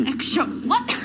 Extra-what